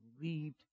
believed